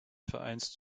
vereins